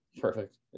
Perfect